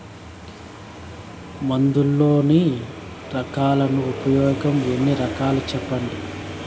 మందులలోని రకాలను ఉపయోగం ఎన్ని రకాలు? సెప్పండి?